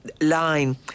line